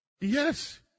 Yes